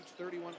31%